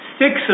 six